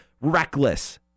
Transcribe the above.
reckless